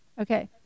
Okay